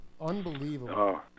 unbelievable